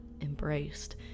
embraced